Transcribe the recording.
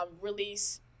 release